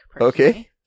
Okay